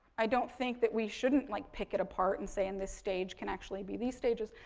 i don't think that we shouldn't like pick it apart and say and this stage can actually be these stages.